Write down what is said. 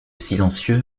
silencieux